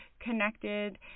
connected